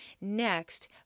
Next